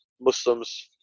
Muslims